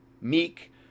Meek